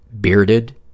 bearded